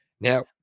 Now